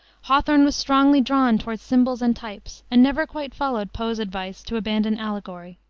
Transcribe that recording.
hawthorne was strongly drawn toward symbols and types, and never quite followed poe's advice to abandon allegory.